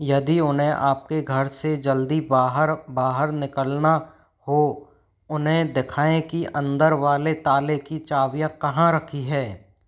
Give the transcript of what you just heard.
यदि उन्हें आपके घर से जल्दी बाहर बाहर निकलना हो उन्हें दिखाएँ कि अंदर वाले ताले की चाबियाँ कहाँ रखी है